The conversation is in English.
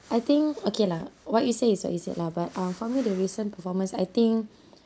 I think okay lah what you say is you said lah but uh for me the recent performance I think